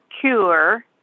Cure